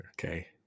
Okay